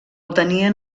tenien